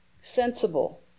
sensible